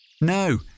No